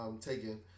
taken